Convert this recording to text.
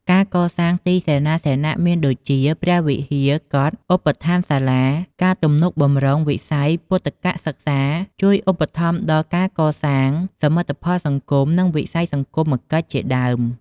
ការកសាងទីសេនាសនៈមានដូចជា ព្រះវិហារ កុដិ ឧបដ្ឋានសាលា ការទំនុកបម្រុងវិស័យពុទ្ធិកសិក្សា ជួយឧបត្ថម្ភដល់ការកសាងសមិទ្ធផលសង្គម និងវិស័យ សង្គមកិច្ចជាដើម។